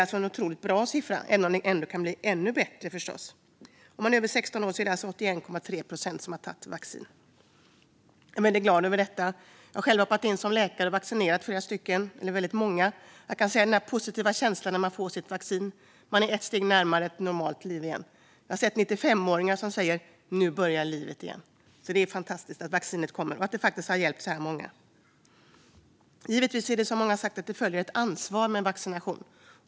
Detta är en otroligt bra siffra, även om den förstås kan bli ännu bättre. Bland personer som är över 16 år är det 81,3 procent som har tagit vaccin. Jag är väldigt glad över detta. Jag har själv hoppat in som läkare och vaccinerat många. Jag har kunnat se den positiva känslan när en person fått sitt vaccin och kommit ett steg närmare ett normalt liv. Jag har sett 95-åringar som sagt: Nu börjar livet igen! Det är fantastiskt att vaccinet kommer och att det faktiskt har hjälpt så här många. Givetvis följer det, som många har sagt, ett ansvar med vaccination.